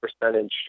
percentage